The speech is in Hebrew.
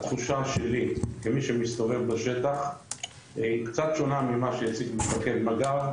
התחושה שלי כמי שמסתובב בשטח היא קצת שונה ממה שהציג מפקד מג"ב,